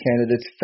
candidates